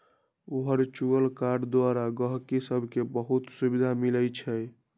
virtual card द्वारा गहकि सभके बहुते सुभिधा मिलइ छै